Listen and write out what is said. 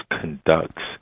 conducts